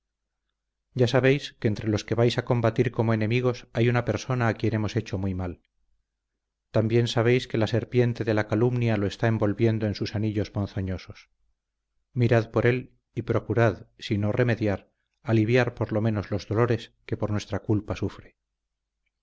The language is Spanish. ya sabéis que entre los que vais a combatir como enemigos hay una persona a quien hemos hecho mucho mal también sabéis que la serpiente de la calumnia lo está envolviendo en sus anillos ponzoñosos mirad por él y procurad si no remediar aliviar por lo menos los dolores qué por nuestra culpa sufre